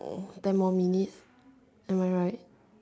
hmm ten more minute am I right